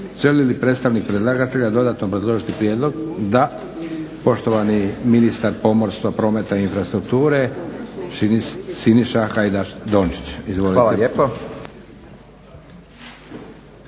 Želi li predstavnik predlagatelja dodatno obrazložiti prijedlog? Da. Poštovani ministar pomorstva, prometa i infrastrukture Siniša Hajdaš Dončić. Izvolite.